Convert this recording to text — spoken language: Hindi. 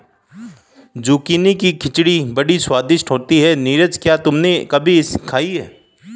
जुकीनी की खिचड़ी बड़ी स्वादिष्ट होती है नीरज क्या तुमने कभी खाई है?